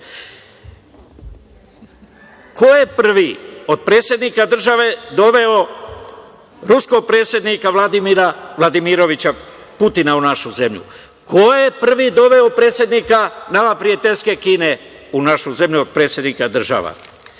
Ko je prvi od predsednika države doveo ruskog predsednika Vladimira Vladimiroviča Putina u našu zemlju? Ko je prvi doveo predsednika, nama prijateljske Kine u našu zemlju od predsednika